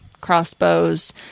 crossbows